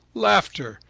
laughter,